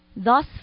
Thus